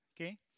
Okay